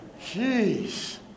Jeez